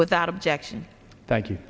without objection thank you